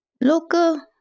Local